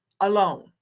alone